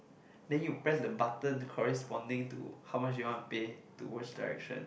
then you press the button corresponding to how much you want to pay to which direction